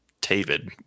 David